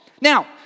Now